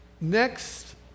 next